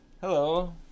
Hello